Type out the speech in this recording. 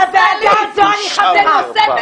בוועדה הזאת אני חברה.